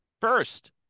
first